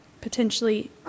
potentially